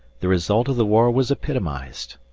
the result of the war was epitomized.